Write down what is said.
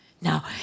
Now